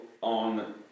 on